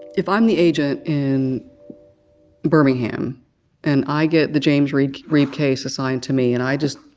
if i'm the agent in birmingham and i get the james reeb reeb case assigned to me and i just